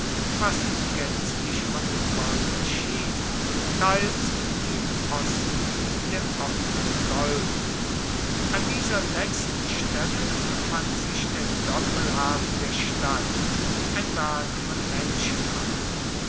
fast gänzlich von dem golfe schied teils im südosten der offene golf an dieser letzten stelle befand sich der doppelhafen der stadt ein werk von menschenhand